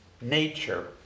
nature